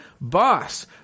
Boss